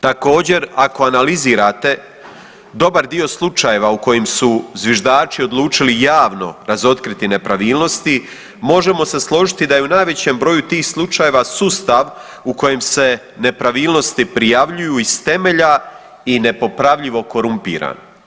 Također ako analizirate dobar dio slučajeva u kojim su zviždači odlučili javno razotkriti nepravilnosti možemo se složiti da je u najvećem broju tih slučajeva sustav u kojem se nepravilnosti prijavljuju iz temelja i nepopravljivo korumpiran.